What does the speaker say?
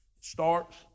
Starts